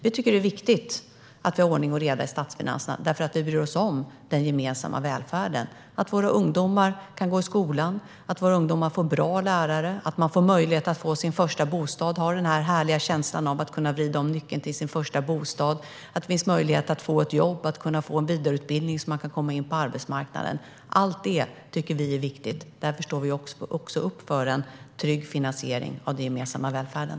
Vi tycker att det är viktigt att vi har ordning och reda i statsfinanserna, för vi bryr oss om den gemensamma välfärden - att våra ungdomar kan gå i skolan, ha bra lärare, få möjlighet att känna den härliga känslan av att vrida om nyckeln till sin första bostad och få möjlighet till jobb eller till vidareutbildning för att komma in på arbetsmarknaden. Allt detta tycker vi är viktigt, och därför står vi upp för en trygg finansiering av den gemensamma välfärden.